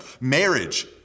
Marriage